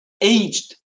aged